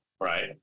right